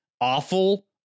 awful